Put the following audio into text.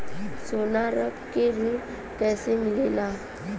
सोना रख के ऋण कैसे मिलेला?